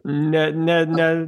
ne ne ne